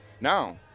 Now